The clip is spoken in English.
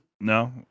No